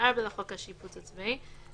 לפרק ה' לחוק סדר הדין הפלילי"